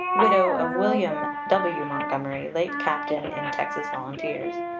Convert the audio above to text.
widow of william w. montgomery, late captain in texas volunteers,